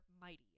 mighty